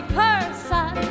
person